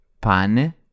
Pane